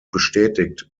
bestätigt